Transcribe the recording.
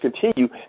continue